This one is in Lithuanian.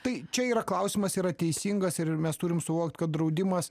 tai čia yra klausimas yra teisingas ir mes turim suvokt kad draudimas